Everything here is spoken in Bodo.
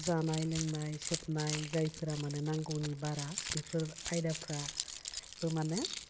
जानाय लोंनाय सोबनाय जायफोरा माने नांगौनि बारा बेफोर आयदाफ्राबो माने